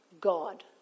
God